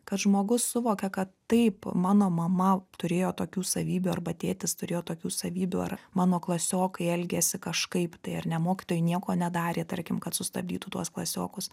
kad žmogus suvokia kad taip mano mama turėjo tokių savybių arba tėtis turėjo tokių savybių ar mano klasiokai elgėsi kažkaip tai ar ne mokytojai nieko nedarė tarkim kad sustabdytų tuos klasiokus